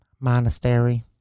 monastery